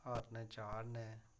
हरन चाढ़ने